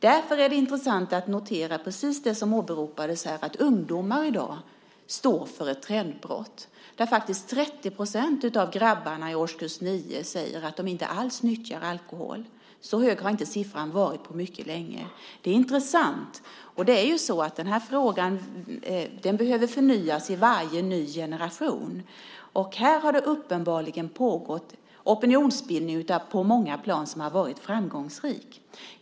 Därför är det intressant att notera precis det som åberopades här: att ungdomar i dag står för ett trendbrott. 30 % av grabbarna i årskurs 9 säger att de inte alls nyttjar alkohol. Så högt procenttal har det inte varit på mycket länge. Detta är intressant. Den här frågan behöver förnyas för varje ny generation. Här har det uppenbarligen på många plan pågått en opinionsbildning som varit framgångsrik.